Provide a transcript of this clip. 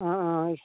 অঁ অঁ